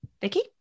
Vicky